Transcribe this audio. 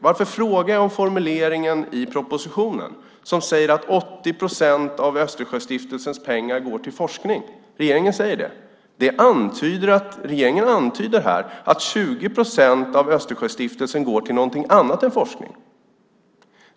Varför frågar jag om formuleringen i propositionen som säger att 80 procent av Östersjöstiftelsens pengar går till forskning? Regeringen säger det. Regeringen antyder att 20 procent av Östersjöstiftelsens pengar går till något annat än forskning.